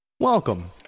Welcome